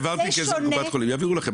העברתי כסף לקופת חולים והם יעבירו לכם.